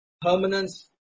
permanence